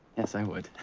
yes, i would.